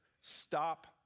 stop